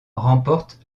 remporte